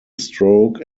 stroke